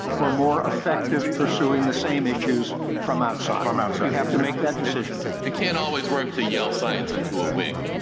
or more effective pursuing the same issues from outside. from um outside. you have to make that decision. it can't always work to yell science into a wig.